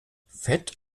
fett